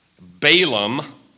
Balaam